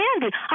candy